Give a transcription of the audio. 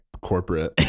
corporate